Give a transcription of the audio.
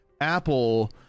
Apple